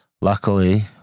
Luckily